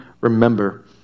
remember